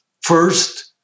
first